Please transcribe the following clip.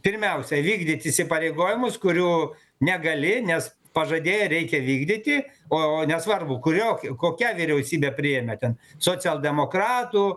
pirmiausia įvykdyti įsipareigojimus kurių negali nes pažadėjai reikia vykdyti o nesvarbu kuriok kokia vyriausybė priėmė ten socialdemokratų